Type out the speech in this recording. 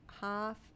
Half